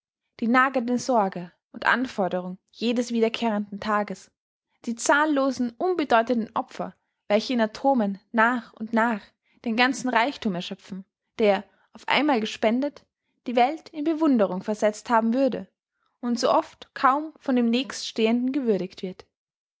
die nagende sorge und anforderung jedes wiederkehrenden tages die zahllosen unbedeutenden opfer welche in atomen nach und nach den ganzen reichthum erschöpfen der auf einmal gespendet die welt in bewunderung versetzt haben würde und so oft kaum von dem nächststehenden gewürdigt wird